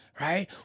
right